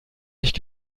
nicht